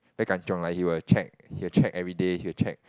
very kanchiong like he will check he will check everyday he will check